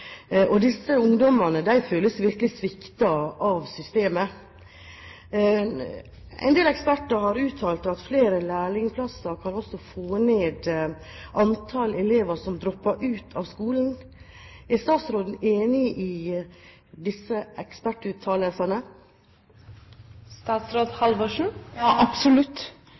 Disse ungdommene føler seg virkelig sviktet av systemet. En del eksperter har uttalt at flere lærlingplasser også kan få ned antallet elever som dropper ut av skolen. Er statsråden enig i disse ekspertuttalelsene? Ja, absolutt.